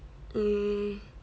um